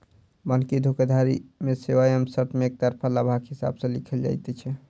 बन्हकी धोखाधड़ी मे सेवा एवं शर्त मे एकतरफा लाभक हिसाब सॅ लिखल जाइत छै